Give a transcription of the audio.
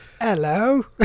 hello